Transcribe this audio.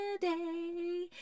today